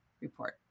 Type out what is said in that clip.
report